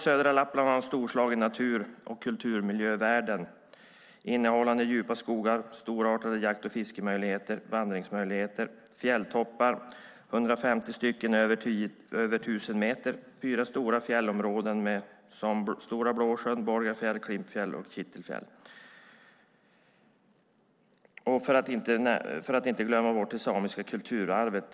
Södra Lappland har en storslagen natur och kulturmiljövärden innehållande djupa skogar, storartade jakt och fiskemöjligheter, vandringsmöjligheter, fjälltoppar - 150 stycken på över 1 000 meter - och fyra stora fjällområden i Stora Blåsjön, Borgafjäll, Klimpfjäll och Kittelfjäll. Vi får inte heller glömma det samiska kulturarvet.